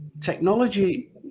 technology